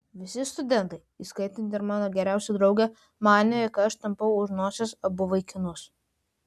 visi studentai įskaitant ir mano geriausią draugę manė jog aš tampau už nosies abu vaikinus